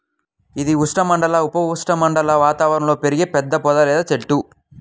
ఇది ఉష్ణమండల, ఉప ఉష్ణమండల వాతావరణంలో పెరిగే పెద్ద పొద లేదా చెట్టు